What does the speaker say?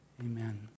Amen